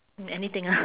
hmm anything ah